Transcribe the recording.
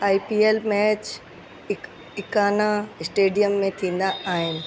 आई P L match इक Ekana stadium में थींदा आहिनि